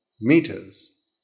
meters